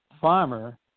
farmer